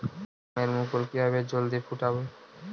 আমের মুকুল কিভাবে জলদি ফুটাব?